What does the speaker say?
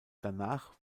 danach